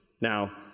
Now